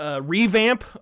revamp